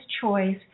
choice